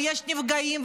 ויש נפגעים,